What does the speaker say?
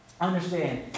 Understand